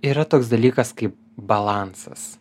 yra toks dalykas kaip balansas